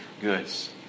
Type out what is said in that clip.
goods